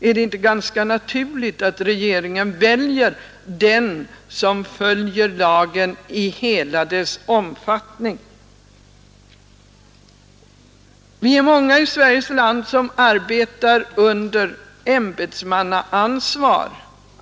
Är det inte ganska naturligt att regeringen väljer den som följer lagen i hela dess omfattning? Vi är många i Sveriges land som arbetar under ämbetsmannaansvar.